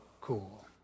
cool